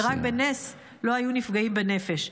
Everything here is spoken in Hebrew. -- ורק בנס לא היו נפגעים בנפש.